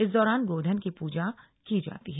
इस दौरान गोधन की पूजा की जाती है